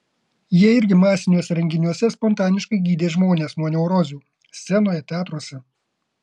jie irgi masiniuose renginiuose spontaniškai gydė žmonės nuo neurozių scenoje teatruose